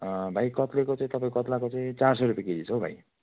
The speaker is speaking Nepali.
भाइ कत्लेको चाहिँ तपाईँ कत्लाको चाहिँ चार सय रुपियाँ केजी छ हौ भाइ